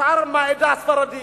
שר מהעדה הספרדית,